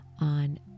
on